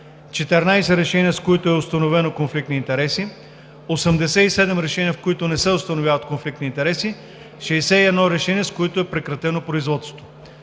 14 решения, с които установява конфликт на интереси; - 87 решения, с които не установява конфликт на интереси; - 61 решения, с които се прекратява производството.